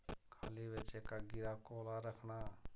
खाल्ली बिच्च इक अग्गी बिच्च कोला रक्खना